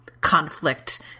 conflict